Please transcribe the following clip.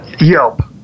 Yelp